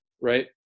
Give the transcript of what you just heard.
right